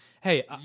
Hey